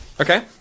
Okay